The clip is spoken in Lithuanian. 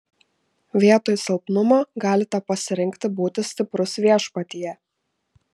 vietoj silpnumo galite pasirinkti būti stiprus viešpatyje